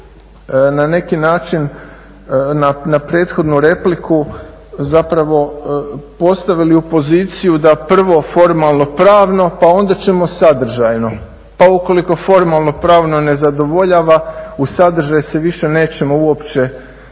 na neki način na prethodnu repliku zapravo postavili u poziciju da prvo formalno-pravno pa onda ćemo sadržajno, pa ukoliko formalno-pravno ne zadovoljava na sadržaj se više nećemo uopće